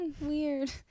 weird